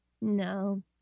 no